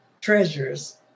treasures